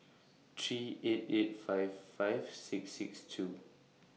three eight eight five five six six two